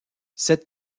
cette